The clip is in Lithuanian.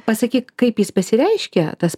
pasakyk kaip jis pasireiškia tas